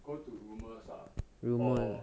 go to rumours ah or